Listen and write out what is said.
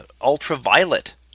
ultraviolet